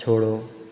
छोड़ो